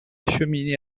cheminée